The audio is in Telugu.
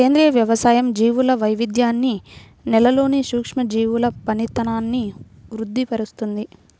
సేంద్రియ వ్యవసాయం జీవుల వైవిధ్యాన్ని, నేలలోని సూక్ష్మజీవుల పనితనాన్ని వృద్ది పరుస్తుంది